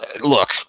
look